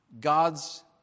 God's